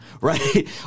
right